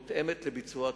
המותאמת לביצוע התוכנית.